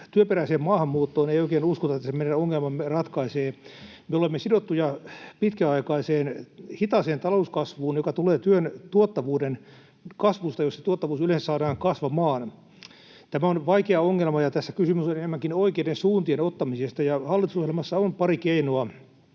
työperäiseen maahanmuuttoon ei oikein uskota, että se meidän ongelmamme ratkaisee. Me olemme sidottuja pitkäaikaiseen hitaaseen talouskasvuun, joka tulee työn tuottavuuden kasvusta, jos se tuottavuus yleensä saadaan kasvamaan. Tämä on vaikea ongelma, ja tässä kysymys on enemmänkin oikeiden suuntien ottamisesta. Hallitusohjelmassa on pari keinoa